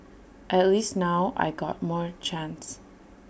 at least now I got more chance